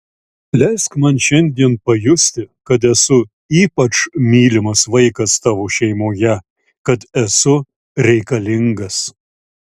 leisk man šiandien pajusti kad esu ypač mylimas vaikas tavo šeimoje kad esu reikalingas